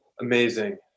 Amazing